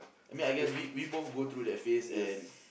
I mean I guess we we both go through that phase and